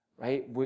right